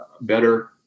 better